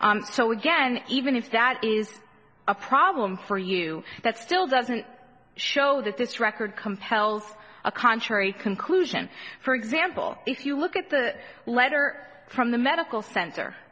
so again even if that is a problem for you that still doesn't show that this record compels a contrary conclusion for example if you look at the letter from the medical center